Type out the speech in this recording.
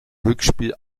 rückspiel